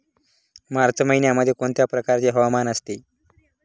मार्च महिन्यामध्ये कोणत्या प्रकारचे हवामान असते?